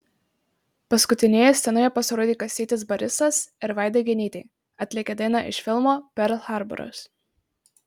paskutinieji scenoje pasirodė kastytis barisas ir vaida genytė atlikę dainą iš filmo perl harboras